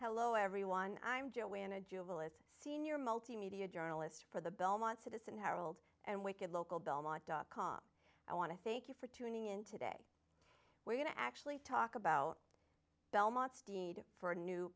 hello everyone i'm joanna jubilance senior multimedia journalist for the belmont citizen herald and wicked local belmont dot com i want to thank you for tuning in today we're going to actually talk about